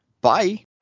Bye